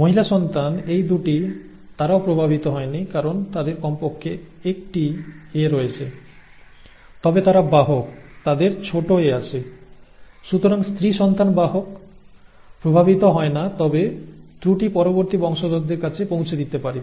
মহিলা সন্তান এই 2 টি তারাও প্রভাবিত হয়নি কারণ তাদের কমপক্ষে একটি A রয়েছে তবে তারা বাহক তাদের ছোট a আছে সুতরাং স্ত্রীসন্তান বাহক প্রভাবিত হয় না তবে ত্রুটিটি পরবর্তী বংশধরদের কাছে পৌঁছে দিতে পারে